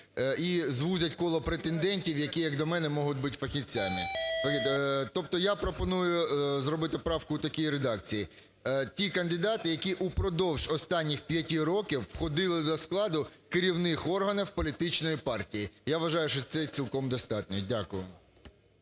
і звузять коло претендентів, які, як на мене, можуть бути фахівцями. Тобто я пропоную зробити правку в такій редакції: "Ті кандидати, які упродовж останніх п'яти років входили до складу керівних органів політичної партії". Я вважаю, що це цілком достатньо. Дякую.